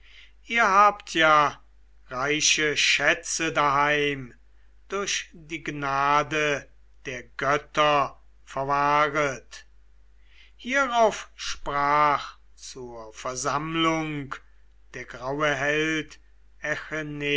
ihr habt ja reiche schätze daheim durch die gnade der götter verwahret hierauf sprach zur versammlung der graue held